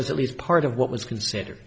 was at least part of what was considered